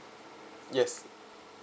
yes